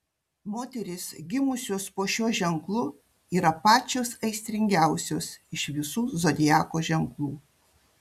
moterys gimusios po šiuo ženklu yra pačios aistringiausios iš visų zodiako ženklų